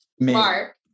Mark